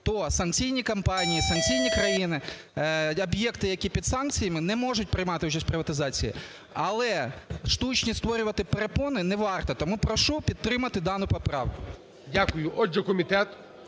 тосанкційні компанії, санкційні країни, об'єкти, які під санкціями, не можуть приймати участь в приватизації. Але штучні створювати перепони не варто. Тому прошу підтримати дану поправку. ГОЛОВУЮЧИЙ. Дякую. Отже, комітет